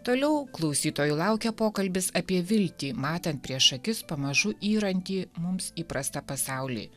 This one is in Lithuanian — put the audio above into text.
toliau klausytojų laukia pokalbis apie viltį matant prieš akis pamažu yrantį mums įprastą pasaulį